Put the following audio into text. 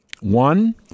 One